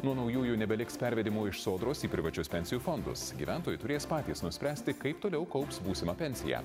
nuo naujųjų nebeliks pervedimų iš sodros į privačius pensijų fondus gyventojai turės patys nuspręsti kaip toliau kaups būsimą pensiją